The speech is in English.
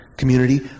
community